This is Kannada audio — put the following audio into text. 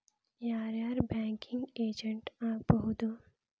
ಯಾರ್ ಯಾರ್ ಬ್ಯಾಂಕಿಂಗ್ ಏಜೆಂಟ್ ಆಗ್ಬಹುದು?